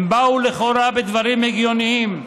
הם באו לכאורה בדברים הגיוניים,